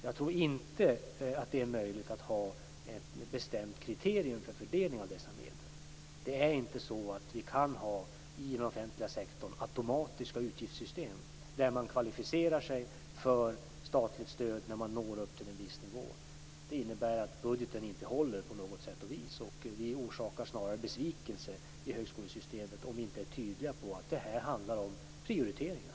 Jag tror inte att det är möjligt att ha ett bestämt kriterium för fördelning av dessa medel. Det är inte så att vi kan ha automatiska utgiftssystem i den offentliga sektorn där man kvalificerar sig för statligt stöd när man når upp till en viss nivå. Det innebär att budgeten inte håller på något sätt och vis. Vi orsakar snarare besvikelse i högskolesystemet om vi inte är tydliga på att detta handlar om prioriteringar.